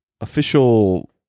official